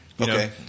Okay